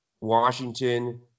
Washington